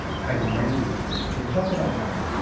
how your menu is written. can you talk about that?